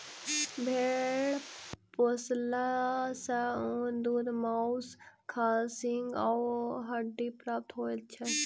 भेंड़ पोसला सॅ ऊन, दूध, मौंस, खाल, सींग आ हड्डी प्राप्त होइत छै